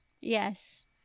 Yes